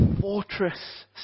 fortress